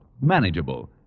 manageable